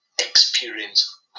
experience